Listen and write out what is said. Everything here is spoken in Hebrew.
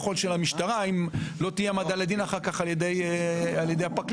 המשטרה אם אחר כך לא תהיה העמדה לדין על ידי הפרקליטות.